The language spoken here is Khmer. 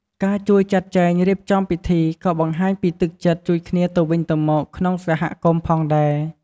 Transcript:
ការជួយចាត់ចែងរៀបចំពិធី ក៏បង្ហាញពីទឹកចិត្តជួយគ្នាទៅវិញទៅមកក្នុងសហគមន៍ផងដែរ។